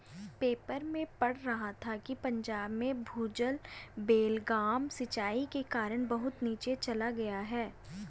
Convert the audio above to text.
paper में पढ़ा था कि पंजाब में भूजल बेलगाम सिंचाई के कारण बहुत नीचे चल गया है